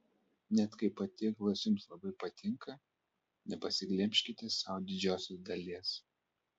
net kai patiekalas jums labai patinka nepasiglemžkite sau didžiosios dalies